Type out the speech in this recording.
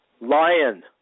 Lion